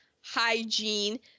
hygiene